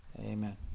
Amen